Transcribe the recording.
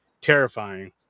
terrifying